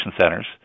centers